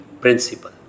principle